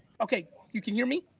okay, you can hear me?